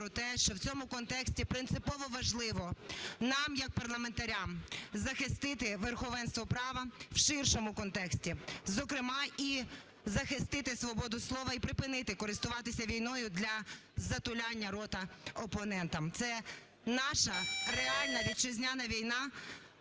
що в цьому контексті принципово важливо нам як парламентарям захистити верховенство права в ширшому контексті, зокрема і захистити свободу слова, і припинити користуватися війною для затуляння рота опонентам. Це наша реальна вітчизняна війна